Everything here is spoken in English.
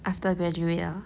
after graduate ah